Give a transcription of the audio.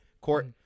court